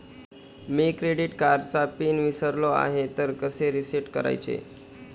मी credit कार्डचा pin विसरलो आहे तर कसे रीसेट करायचे?